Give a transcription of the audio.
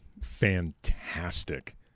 fantastic